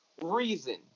reason